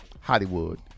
Hollywood